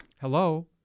hello